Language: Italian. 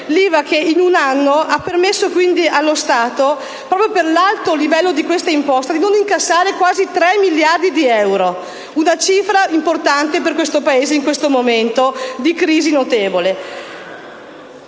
l'IVA che in un anno ha permesso allo Stato, proprio per l'alto livello di questa imposta, di non incassare quasi 3 miliardi di euro, una cifra importante per il Paese in questo momento di crisi notevole.